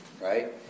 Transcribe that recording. Right